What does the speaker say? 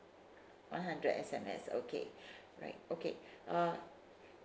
one hundred S_M_S okay right okay uh